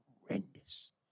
horrendous